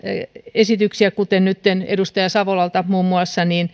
esityksiä kuin nytten muun muassa